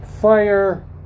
fire